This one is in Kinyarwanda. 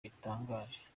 bitangaje